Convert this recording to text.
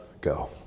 go